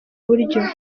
buryo